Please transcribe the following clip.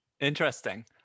Interesting